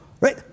right